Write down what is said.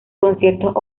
conciertos